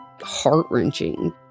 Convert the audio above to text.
heart-wrenching